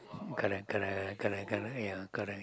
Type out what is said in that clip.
correct correct correct correct ya correct